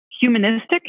humanistic